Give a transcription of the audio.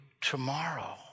tomorrow